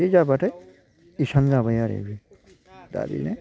बे जाबाथाय इसान जाबाय आरो बे दा बेनो